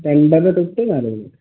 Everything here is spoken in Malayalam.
രണ്ടര തൊട്ട് നാലു മണി